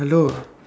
hello